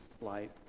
light